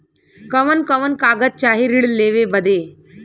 कवन कवन कागज चाही ऋण लेवे बदे?